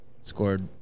scored